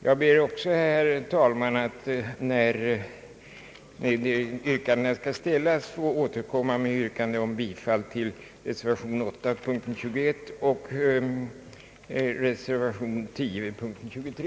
Jag ber, herr talman, att vid vederbörliga punkter få återkomma med yrkande om bifall till reservationen 8 vid punkt 21 och reservationen vid punkt 23.